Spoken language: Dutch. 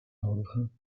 nodigen